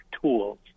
tools